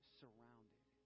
surrounded